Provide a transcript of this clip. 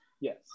yes